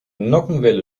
nockenwelle